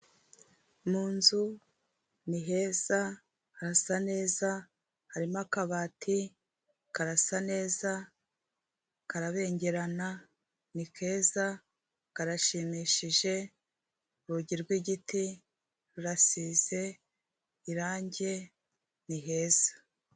Mu nzu ni heza, harasa neza, harimo akabati, karasa neza, karabengerana, ni keza karashimishije, urugi rwigiti rurasize irangi, ni heza.